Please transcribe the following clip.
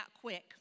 quick